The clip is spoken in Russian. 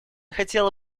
хотело